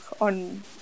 on